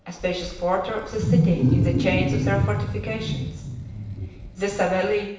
a spacious quarter of the city in the chains of their fortifications the savelli,